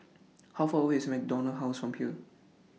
How Far away IS MacDonald House from here